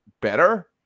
better